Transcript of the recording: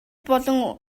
болон